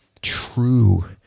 true